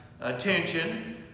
attention